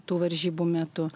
tų varžybų metu